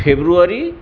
February